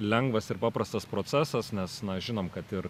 lengvas ir paprastas procesas nes na žinom kad ir